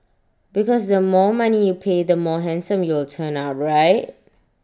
because the more money you pay the more handsome you will turn out right